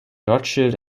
rothschild